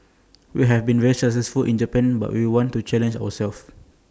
we have been very successful in Japan but we want to challenge ourselves